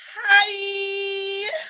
Hi